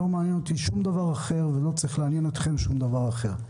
לא מעניין אותי שום דבר אחר ולא צריך לעניין אתכם שום דבר אחר.